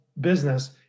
business